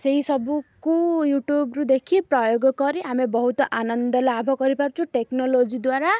ସେହିସବୁକୁ ୟୁଟ୍ୟୁବ୍ରୁ ଦେଖି ପ୍ରୟୋଗ କରି ଆମେ ବହୁତ ଆନନ୍ଦ ଲାଭ କରିପାରୁଛୁ ଟେକ୍ନୋଲୋଜି ଦ୍ୱାରା